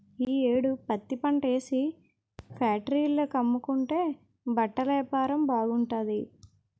ఈ యేడు పత్తిపంటేసి ఫేట్రీల కమ్ముకుంటే బట్టలేపారం బాగుంటాది